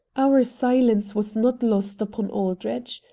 our silence was not lost upon aldrich.